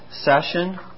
session